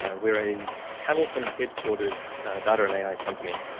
ah, wear a hamilton headquarters data and ai company.